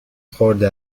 خورده